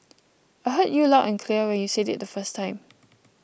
I heard you loud and clear when you said it the first time